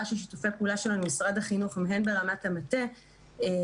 ששיתופי הפעולה שלנו עם משרד החינוך הם הן ברמת המטה והן